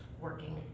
working